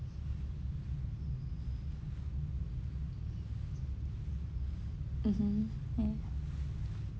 mmhmm ya